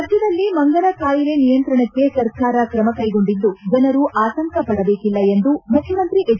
ರಾಜ್ಯದಲ್ಲಿ ಮಂಗನ ಕಾಯಿಲೆ ನಿಯಂತ್ರಣ್ನೆ ಸರ್ಕಾರ ಕ್ರಮಕ್ಕೆಗೊಂಡಿದ್ದು ಜನರು ಆತಂಕ ಪಡಬೇಕಿಲ್ಲ ಎಂದು ಮುಖ್ಯಮಂತ್ರಿ ಹೆಚ್